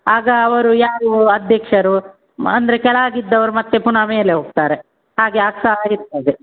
ಆಗ ಅವರು ಯಾರು ಅಧ್ಯಕ್ಷರು ಮ ಅಂದರೆ ಕೆಳಗಿದ್ದವ್ರು ಮತ್ತೆ ಪುನಃ ಮೇಲೆ ಹೋಗ್ತಾರೆ ಹಾಗೆ ಆಗ್ತಾ ಇರ್ತದೆ